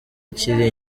akiri